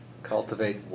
Cultivate